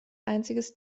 einziges